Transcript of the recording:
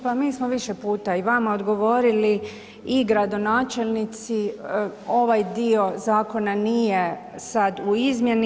Pa mi smo više puta i vama odgovorili i gradonačelnici, ovaj dio zakona nije sad u izmjeni.